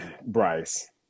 bryce